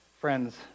Friends